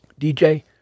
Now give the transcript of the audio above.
DJ